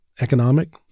economic